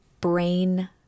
brain